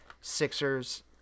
Sixers